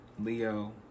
Leo